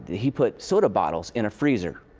he put soda bottles in a freezer.